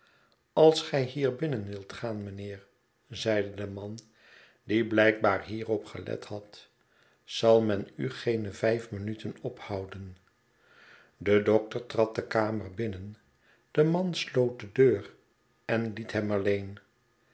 als gij hier binnen wilt gaan mijnheer zeide de man die blijkbaar hierop gelet had zal men u geene vijf minuten ophouden de dokter trad de kamer binnen de man sloot de deur en liet hem alleen